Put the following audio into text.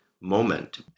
moment